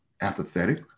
apathetic